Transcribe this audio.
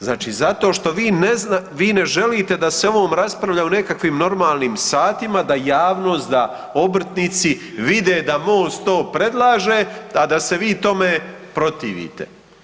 Znači zato što vi ne želite da se o ovom raspravlja u nekakvim normalnim satima da javnost, da obrtnici vide da Most to predlaže, a da se vi tome protivite.